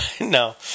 no